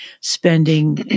spending